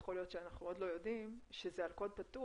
יכול להיות שאנחנו עוד לא יודעים שזה על קוד פתוח.